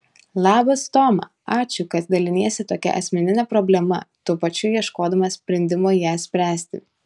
labas toma ačiū kad daliniesi tokia asmenine problema tuo pačiu ieškodama sprendimo ją spręsti